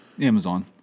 Amazon